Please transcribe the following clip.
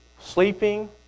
sleeping